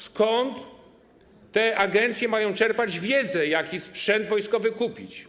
Skąd te agencje mają czerpać wiedzę, jaki sprzęt wojskowy kupić?